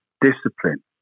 discipline